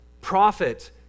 prophet